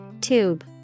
Tube